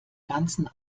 ganzen